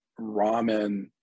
ramen